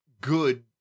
good